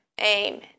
amen